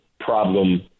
problem